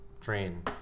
train